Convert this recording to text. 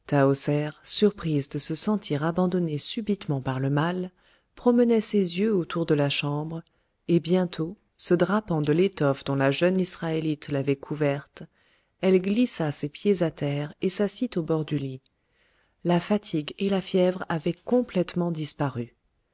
de se sentir abandonnée subitement par le mal promenait ses yeux autour de la chambre et bientôt se drapant de l'étoffe dont la jeune israélite l'avait couverte elle glissa ses pieds à terre et s'assit au bord du lit la fatigue et la fièvre avaient complètement disparu